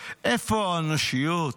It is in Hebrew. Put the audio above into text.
"איפה האנושיות